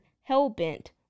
hell-bent